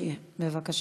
יחיא, בבקשה.